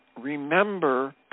Remember